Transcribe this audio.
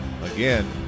again